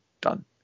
Done